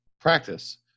practice